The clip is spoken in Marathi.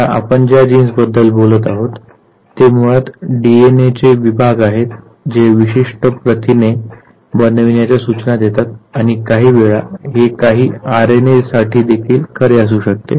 आता आपण ज्या जीन्स बद्दल बोलत आहोत ते मुळात डीएनएचे विभाग आहेत जे विशिष्ट प्रथिने बनविण्याच्या सूचना देतात आणि काहीवेळा हे काही आरएनए साठीदेखील खरे असू शकते